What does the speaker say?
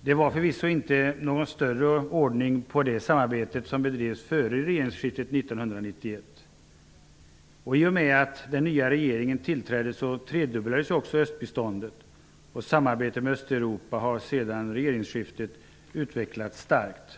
Det var förvisso inte någon större ordning på det samarbete som bedrevs före regeringsskiftet 1991. I och med att den nya regeringen tillträdde tredubblades också östbiståndet, och samarbetet med östeuropa har sedan regeringsskiftet utvecklats starkt.